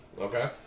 okay